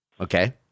Okay